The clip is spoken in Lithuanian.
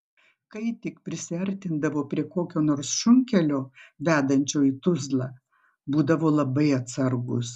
kai tik prisiartindavo prie kokio nors šunkelio vedančio į tuzlą būdavo labai atsargūs